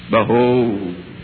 Behold